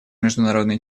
международный